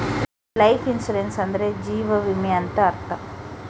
life insurance ಅಂದ್ರೆ ಜೀವ ವಿಮೆ ಅಂತ ಅರ್ಥ